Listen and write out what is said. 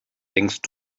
denkst